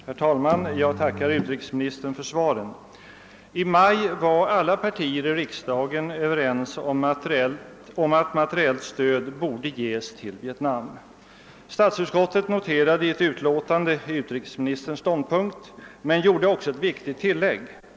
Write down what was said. Herr talman! Jag tackar utrikesministern för svaren. I maj var alla partier i riksdagen överens om att materiellt stöd borde ges till Vietnam. Statsutskottet noterade i utlåtandet utrikesministerns ståndpunkt och gjorde också ett viktigt tillägg.